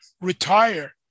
retire